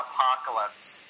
Apocalypse